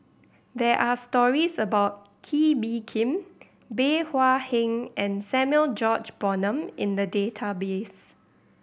there are stories about Kee Bee Khim Bey Hua Heng and Samuel George Bonham in the database